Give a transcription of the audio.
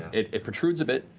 it protrudes a bit,